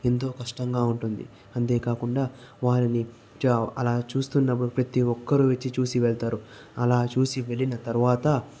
ఎంతో కష్టంగా ఉంటుంది అంతే కాకుండా వారిని చ అలా చూస్తున్నప్పుడు ప్రతి ఒక్కరు వచ్చి చూసి వెళతారు అలా చూసి వెళ్లిన తర్వాత